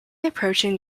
approaching